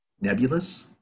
nebulous